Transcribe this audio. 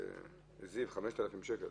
זיו, זה 5,000 שקל.